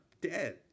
dead